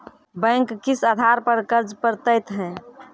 Bank किस आधार पर कर्ज पड़तैत हैं?